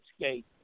escape